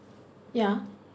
ya